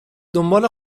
دنبال